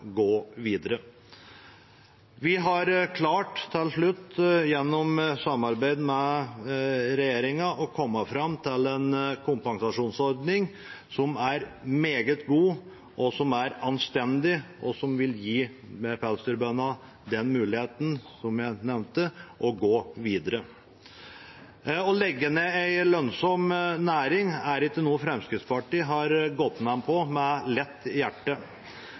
gå videre. Vi har til slutt klart, gjennom samarbeid med regjeringen, å komme fram til en kompensasjonsordning som er meget god, som er anstendig, og som vil gi pelsdyrbøndene mulighet til å gå videre, slik jeg nevnte. Å legge ned en lønnsom næring er ikke noe Fremskrittspartiet har gått med på med lett hjerte.